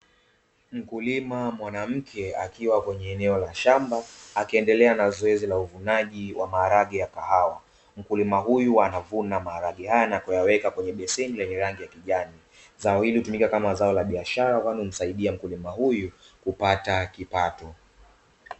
Mkulima mwanamke akiwa kwenye eneo la shamba akiendelea na zoezi la uvunaji wa maharage ya kahawa, mkulima huyu anavuna maharage haya na kuyaweka kwenye beseni lenye rangi ya kijani. Zao hili hutumika kama zao la biashara kwani humsaidie mkulima huyu kupata kipato.